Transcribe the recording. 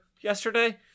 yesterday